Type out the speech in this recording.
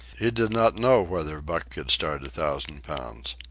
he did not know whether buck could start a thousand pounds.